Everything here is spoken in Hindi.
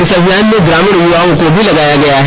इस अभियान में ग्रामीण युवाओं को लगाया गया है